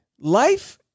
life